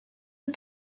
and